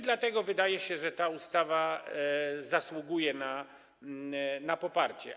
Dlatego wydaje się, że ta ustawa zasługuje na poparcie.